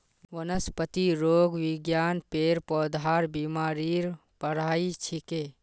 वनस्पतिरोग विज्ञान पेड़ पौधार बीमारीर पढ़ाई छिके